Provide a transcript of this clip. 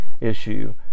issue